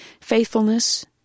faithfulness